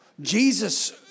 Jesus